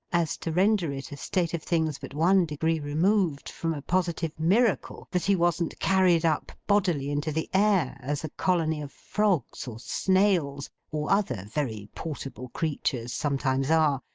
as to render it a state of things but one degree removed from a positive miracle, that he wasn't carried up bodily into the air as a colony of frogs or snails or other very portable creatures sometimes are,